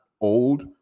old